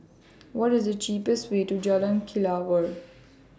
What IS The cheapest Way to Jalan Kelawar